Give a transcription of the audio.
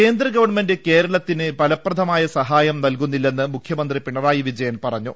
കേന്ദ്ര ഗവൺമെന്റ് കേരളത്തിന് ഫലപ്രദമായ സഹായം നൽകുന്നില്ലെന്ന് മുഖ്യമന്ത്രി പിണറായി വിജയൻ പറഞ്ഞു